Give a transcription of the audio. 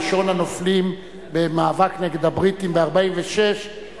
ראשון הנופלים במאבק נגד הבריטים ב-1946,